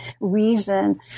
reason